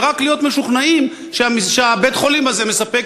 ורק להיות משוכנעים שבית-החולים הזה מספק